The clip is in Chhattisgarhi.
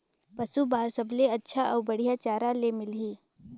पशु बार सबले अच्छा अउ बढ़िया चारा ले मिलही?